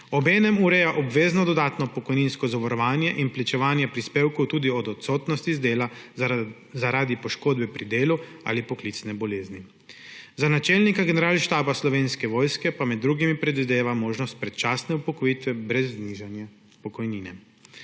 Obenem ureja obvezno dodatno pokojninsko zavarovanje in plačevanje prispevkov tudi ob odsotnosti z dela zaradi poškodbe pri delu ali poklicne bolezni. Za načelnika Generalštaba Slovenske vojske pa med drugim predvideva možnost predčasne upokojitve brez nižanja pokojnine.